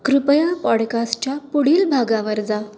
कृपया पॉडकास्टच्या पुढील भागावर जा